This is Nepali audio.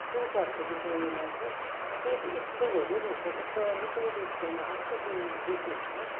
शुल्कहरूको विषयमा चाहिँ अब त्यो त स्कुल हेरि हेरि हुन्छ जस्तो मिसनेरी स्कुलमा अलिकति बेसी हुन्छ